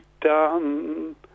done